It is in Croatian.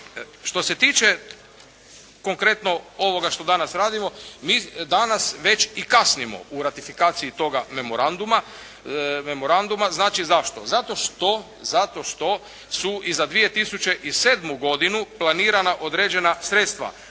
Što se tiče konkretno ovoga što danas radimo, mi danas već i kasnimo u ratifikaciji tog memoranduma. Zašto? Zato što su i za 2007. godinu planirana određena sredstva.